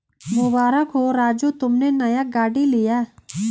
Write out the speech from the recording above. मुबारक हो राजू तुमने नया गाड़ी लिया